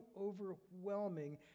overwhelming